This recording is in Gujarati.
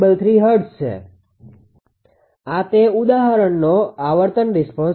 533 હર્ટ્ઝ છે આ તે ઉદાહરણનો આવર્તન રિસ્પોન્સ છે